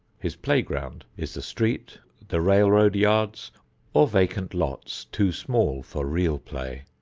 his playground is the street, the railroad yards or vacant lots too small for real play,